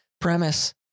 premise